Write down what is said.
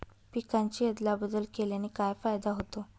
पिकांची अदला बदल केल्याने काय फायदा होतो?